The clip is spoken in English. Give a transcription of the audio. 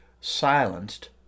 silenced